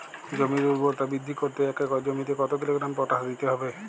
জমির ঊর্বরতা বৃদ্ধি করতে এক একর জমিতে কত কিলোগ্রাম পটাশ দিতে হবে?